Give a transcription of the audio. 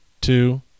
two